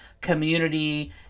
community